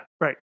right